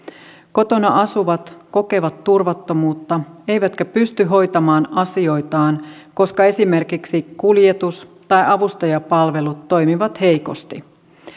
kotona asuvat kokevat turvattomuutta eivätkä pysty hoitamaan asioitaan koska esimerkiksi kuljetus tai avustajapalvelut toimivat heikosti